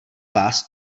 vás